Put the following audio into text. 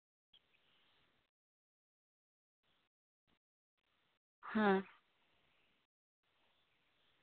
ᱦᱮᱸ